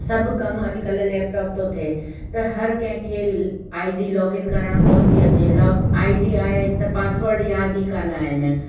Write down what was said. सभु कम अॼुकल्ह लैपटॉप थो थिए त हर कंहिंखे आईडी लॉगिन करणु कोन थी अचे लॉग आईडी आहे त पासवर्ड यादि ई कोन आहिनि